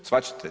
Shvaćate?